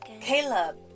Caleb